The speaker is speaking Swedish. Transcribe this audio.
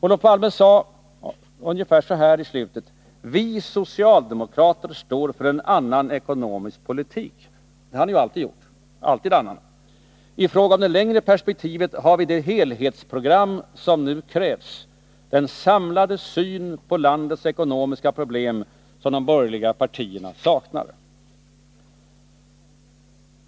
Olof Palme sade ungefär så här i slutet av sitt anförande: Vi socialdemo krater står för en annan ekonomisk politik. Det har ni alltid gjort — alltid en annan. I fråga om det längre perspektivet, sade Olof Palme, har vi det helhetsprogram som nu krävs, den samlade syn på landets ekonomiska problem som de borgerliga partierna saknar.